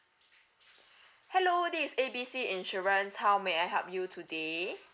hello this is A B C insurance how may I help you today